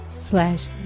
slash